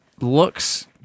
looks